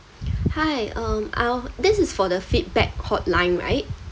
hi um uh this is for the feedback hotline right